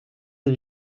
ses